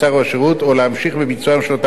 או להמשיך בביצועם של אותם חוזים.